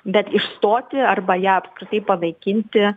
bet išstoti arba ją apskritai panaikinti